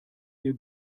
ihr